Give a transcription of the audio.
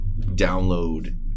download